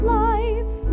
life